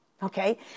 Okay